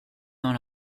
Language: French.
dans